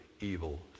evil